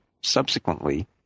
subsequently